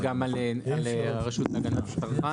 זה מקובל גם על הרשות להגנת הצרכן?